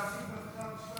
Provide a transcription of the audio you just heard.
צריך לעצור את ההפיכה המשטרית.